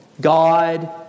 God